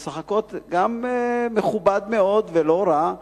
והן משחקות גם מכובד מאוד ולא רע.